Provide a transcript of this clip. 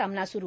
सामना सुरू